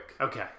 Okay